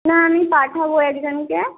না আমি পাঠাব একজনকে